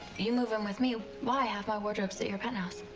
you move in with me? why? half my wardrobe's at your penthouse.